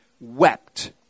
wept